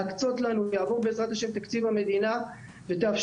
להקצות לנו כשיעבור בעזרת השם תקציב המדינה ותאפשרו